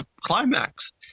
climax